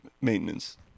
maintenance